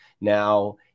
Now